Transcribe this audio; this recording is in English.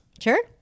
Sure